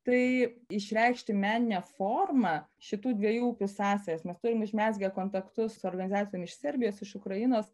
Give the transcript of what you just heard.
tai išreikšti menine forma šitų dviejų upių sąsajas mes turim užmezgę kontaktus su organizacijom iš serbijos iš ukrainos